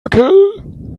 makel